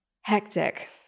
hectic